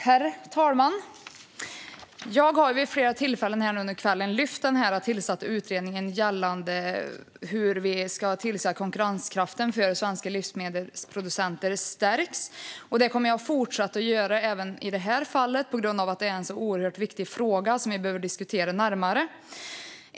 Herr talman! Jag har vid flera tillfällen under kvällen tagit upp den tillsatta utredningen gällande hur vi ska se till att svenska livsmedelsproducenters konkurrenskraft stärks. Det kommer jag att göra även i detta fall på grund av att det är en så oerhört viktig fråga som vi behöver diskutera närmare.